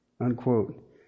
Unquote